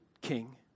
king